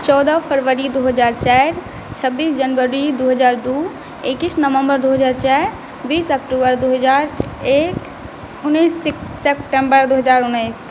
चौदह फरवरी दू हजार चारि छबीस जनवरी दू हजार दू इक्कीस नवम्बर दू हजार चारि बीस अक्टूबर दू हजार एक उन्नैस सेप्टेम्बर दू हजार उन्नैस